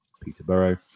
Peterborough